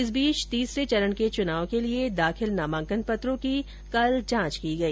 इस बीच तीसरे चरण के चुनाव के लिए दाखिल नामांकन पत्रों की कल जांच की गई